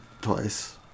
twice